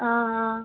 ஆ ஆ